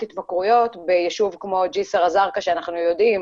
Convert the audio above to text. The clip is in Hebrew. התמכרויות ביישוב כמו ג'סר א-זרקא שאנחנו יודעים